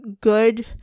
good